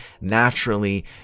Naturally